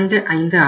25 ஆகும்